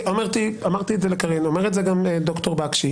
אמרתי לקארין ואני אומר את זה גם לד"ר בקשי.